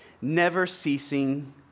never-ceasing